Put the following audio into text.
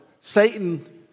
Satan